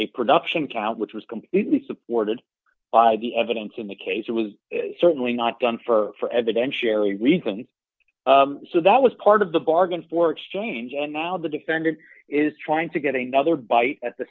a production count which was completely supported by the evidence in the case it was certainly not done for evidence sherry reason so that was part of the bargain for exchange and now the defendant is trying to get another bite at the